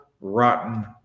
rotten